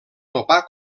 topar